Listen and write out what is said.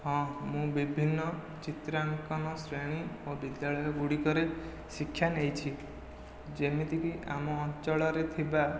ହଁ ମୁଁ ବିଭିନ୍ନ ଚିତ୍ରାଙ୍କନ ଶ୍ରେଣୀ ଓ ବିଦ୍ୟାଳୟ ଗୁଡ଼ିକରେ ଶିକ୍ଷା ନେଇଛି ଯେମିତିକି ଆମ ଅଞ୍ଚଳରେ ଥିବା